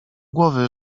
głowy